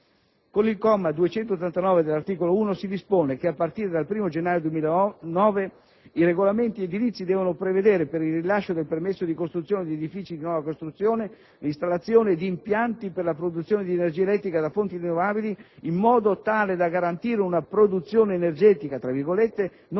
Con il comma 289 dell'articolo 1 si dispone che a partire dal 1° gennaio 2009 i regolamenti edilizi devono prevedere, per il rilascio del permesso di costruzione di edifìci di nuova costruzione, l'installazione di impianti per la produzione di energia elettrica da fonti rinnovabili, in modo tale da garantire una «produzione energetica» non inferiore